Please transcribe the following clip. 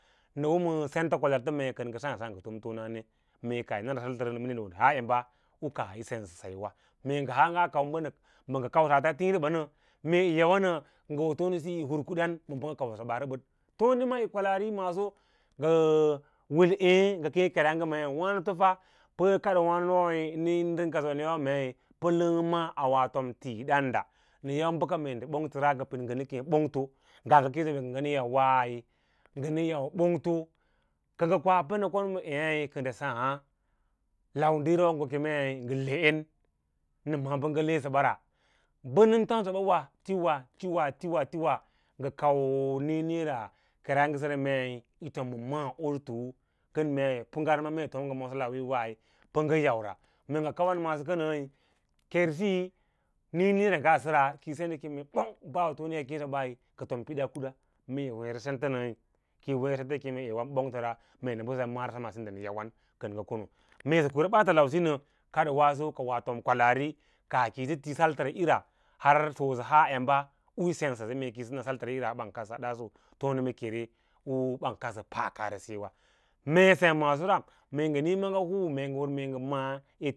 Nə no ma senta kwalaarita mee kənə saã saã mee ngə tom tomane mee kaah yí na ndə saltərana minda wo ndə haa emba u kaah yi sensə saywewa mee has nja kau mbə kausa tííri ɓanə mee yi yawa nə kə ngə ivər tonesiyi hur kadan ma mbə ngə kausəsə rəbəd tone ma yi kwalaari maaso ngə wīi ê ngə kad keraye wanəto fa kadoo wǎǎdo u ndən kadsəwa nə yau dəə̃ maa yi kaɗ tii dǎǎnda nən yau bəka mee ndə bontərai ngə pid naə keẽ bongto ngaa ɓongto kə kwa pənə kon mee ěě kə ndə saã lau dīi ra ngə kemei ngə le’en nə ma’ā bə ngə lesə ɓa, tomsə ba wa wa ti wa ti we ti wa ti wa ngə kau nǐǐnǐǐ keragə səra mei yitom ma ma’ā usutu kən mei pə gara mee tom ngə maaso kən pə lau wííyo wai pə ngə yau ra nga kawan plasso kənəí kar siyi nííiníí nga səra kəi sen yi kem ɓong ɓə autoneya yâ keẽ sə bai ka ton pidaa kuda meeyi weẽrə sentə nəv, kíyi weẽ rə pa yí keẽ eera bong təra mee ndə siyoi mara sema sinda nə yawan kənə kono mee sə kuva baatə lausiya nə wasa ka wo tona kwalaari kaah kiyisə to balfara’íra har sə wo sə haa emba uuí sansə sase mee kiyi na salttəre irs ban kadsa daaso tone ma kene u ban kadsə pa karesewa, mee sem masso ra kəngə níí maaga huu mee ngə maa.